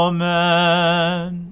Amen